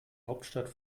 hauptstadt